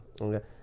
Okay